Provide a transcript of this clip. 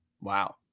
Wow